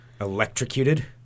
electrocuted